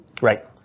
Right